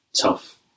tough